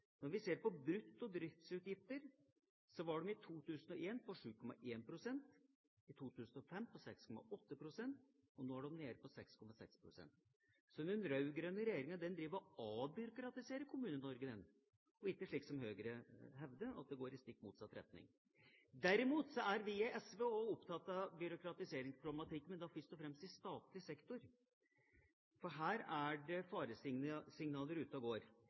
når det gjelder administrasjon. Når vi ser på brutto driftutgifter, var de i 2001 på 7,1 pst., i 2005 på 6,8 pst. og nå er de nede på 6,6 pst. Så den rød-grønne regjeringa avbyråkratiserer Kommune-Norge. Det er ikke slik, som Høyre hevder, at det går i stikk motsatt retning. Derimot er vi i SV også opptatt av byråkratiseringsproblematikken, men da først og fremst i statlig sektor, for her er det faresignaler ute og går.